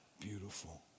Beautiful